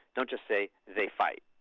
don't just say they fight.